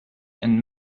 and